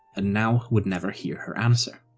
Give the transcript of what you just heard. and now would never hear her answer.